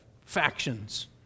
factions